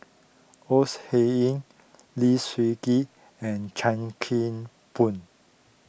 Ores Huiying Lee Seng Gee and Chuan Keng Boon